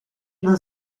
non